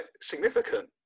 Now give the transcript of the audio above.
significant